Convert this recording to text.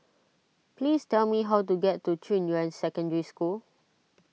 please tell me how to get to Junyuan Secondary School